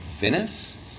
Venice